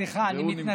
סליחה, אני מתנצל.